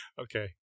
Okay